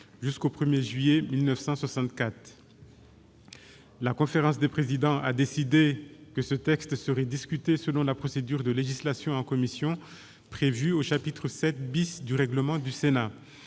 groupe Les Républicains). La conférence des présidents a décidé que ce texte serait discuté selon la procédure de législation en commission prévue au chapitre VII du règlement du Sénat.